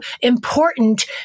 important